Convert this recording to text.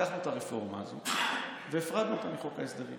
לקחנו את הרפורמה הזאת, הפרדנו אותה מחוק ההסדרים